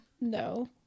No